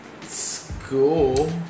school